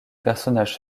personnage